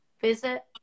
visit